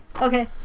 Okay